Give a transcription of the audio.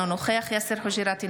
אינו נוכח יאסר חוג'יראת,